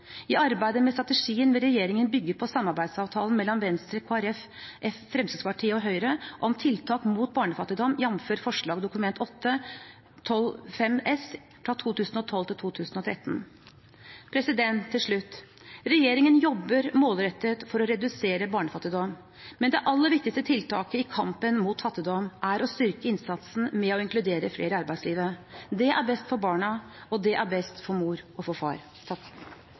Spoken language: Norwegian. I arbeidet med strategien vil regjeringen bygge på samarbeidsavtalen mellom Venstre, Kristelig Folkeparti, Fremskrittspartiet og Høyre om tiltak mot barnefattigdom, jf. forslag i Dokument 8:125 S for 2012–2013. Til slutt: Regjeringen jobber målrettet for å redusere barnefattigdom, men det aller viktigste tiltaket i kampen mot fattigdom er å styrke innsatsen med å inkludere flere i arbeidslivet. Det er best for barna, og det er best for mor og for far.